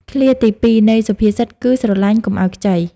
ឃ្លាទីពីរនៃសុភាសិតគឺ "ស្រឡាញ់កុំឲ្យខ្ចី"។